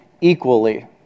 equally